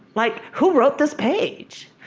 like, who wrote this page!